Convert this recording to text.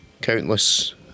countless